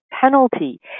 penalty